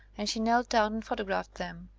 and she knelt down and photographed them.